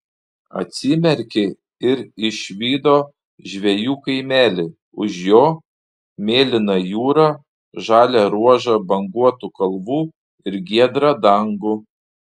atsimerkė ir išvydo žvejų kaimelį už jo mėlyną jūrą žalią ruožą banguotų kalvų ir giedrą dangų